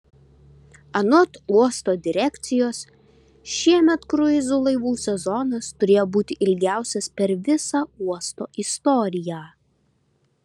anot uosto direkcijos šiemet kruizų laivų sezonas turėtų būti ilgiausias per visą uosto istoriją